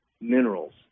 minerals